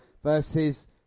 Versus